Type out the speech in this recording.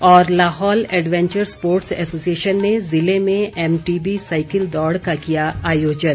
और Lahaul adventure sports association ने ज़िले में एमटीबी साईकिल दौड़ का किया आयोजन